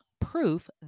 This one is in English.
proof